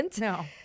no